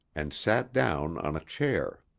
and sat down on a chair.